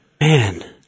Man